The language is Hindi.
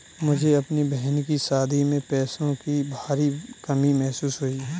मुझे अपने बहन की शादी में पैसों की भारी कमी महसूस हुई